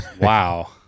Wow